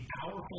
powerful